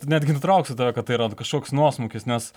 netgi nutrauksiu tave kad tai yra kažkoks nuosmukis nes